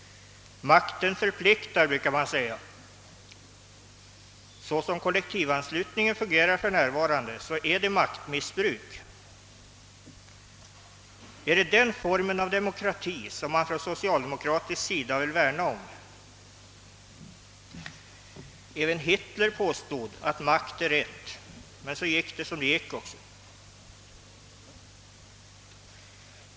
Makten förpliktar, brukar man säga. Så som kollektivanslutningen fungerar för närvarande innebär den maktmissbruk. Är det denna form av demokrati som man på socialdemokratisk sida vill värna om? Även Hitler påstod att makt är rätt — men så gick det som det gick också.